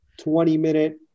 20-minute